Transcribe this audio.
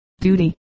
duty